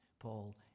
Paul